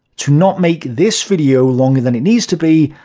to not make this video longer than it needs to be,